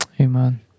Amen